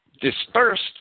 dispersed